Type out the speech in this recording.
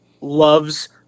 loves